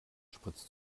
spritzt